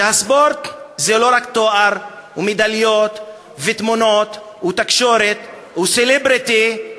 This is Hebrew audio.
שהספורט זה לא רק תואר ומדליות ותמונות ותקשורת וסלבריטי,